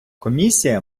комісія